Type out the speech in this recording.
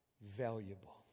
valuable